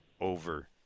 over